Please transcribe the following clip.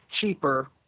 cheaper